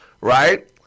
right